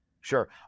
Sure